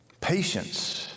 Patience